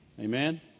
amen